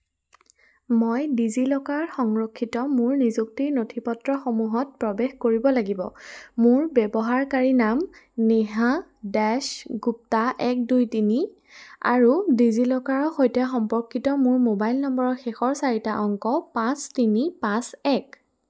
মই ডিজিলকাৰত সংৰক্ষিত মোৰ নিযুক্তিৰ নথিপত্ৰসমূহত প্ৰৱেশ কৰিব লাগিব মোৰ ব্যৱহাৰকাৰীনাম নেহা গুপ্তা এক দুই তিনি আৰু ডিজিলকাৰৰ সৈতে সম্পৰ্কিত মোৰ মোবাইল নম্বৰৰ শেষৰ চাৰিটা অংক পাঁচ তিনি পাঁচ এক